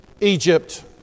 Egypt